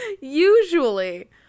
Usually